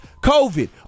covid